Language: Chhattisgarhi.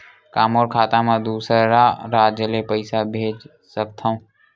का मोर खाता म दूसरा राज्य ले पईसा भेज सकथव?